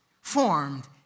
formed